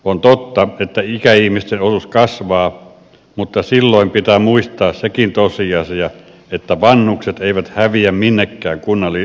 on totta että ikäihmisten osuus kasvaa mutta silloin pitää muistaa sekin tosiasia että vanhukset eivät häviä minnekään kuntaliitosten myötä